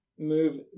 Move